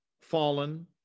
fallen